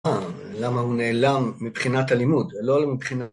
למה הוא נעלם מבחינת הלימוד ולא מבחינת...